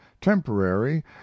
temporary